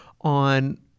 on